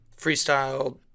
freestyle